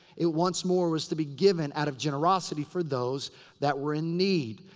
it once more, was to be given out of generosity for those that were in need.